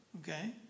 okay